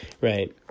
Right